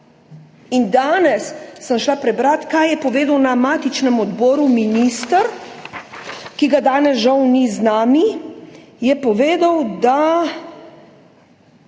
Danes sem šla prebrat, kaj je povedal na matičnem odboru minister, ki ga danes žal ni z nami. Povedal je,